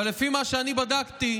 אבל לפי מה שאני בדקתי,